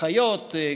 אחיות,